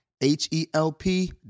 H-E-L-P